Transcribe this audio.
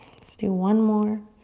let's do one more.